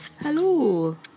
hello